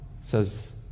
says